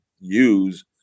use